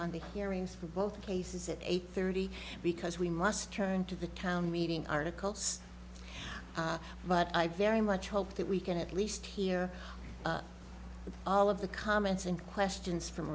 on the hearings for both cases it eight thirty because we must turn to the town meeting articles but i very much hope that we can at least hear all of the comments and questions from